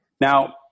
Now